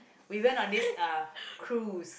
we went on this uh cruise